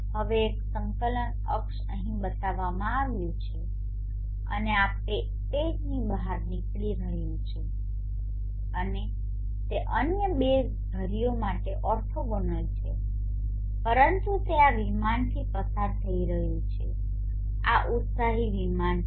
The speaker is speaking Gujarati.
હવે એક સંકલન અક્ષ અહીં બતાવવામાં આવ્યું છે અને આ પેઈજની બહાર નીકળી રહ્યું છે અને તે અન્ય બે ધરીઓ માટે ઓર્થોગોનલ છે પરંતુ તે આ વિમાનથી પસાર થઈ રહ્યું છે આ ઉત્સાહી વિમાન છે